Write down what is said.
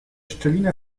szczelinę